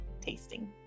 tasting